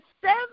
seven